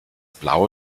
blau